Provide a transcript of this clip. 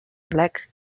black